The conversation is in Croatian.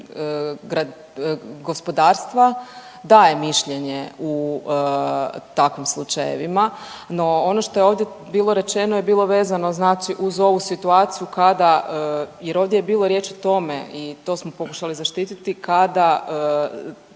gospodarstva daje mišljenje u takvim slučajevima, no ono što je ovdje bilo rečeno je bilo vezano znači uz ovu situaciju kada, jer ovdje je bilo riječ o tome i to smo pokušali zaštititi, kada